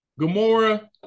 Gamora